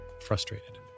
frustrated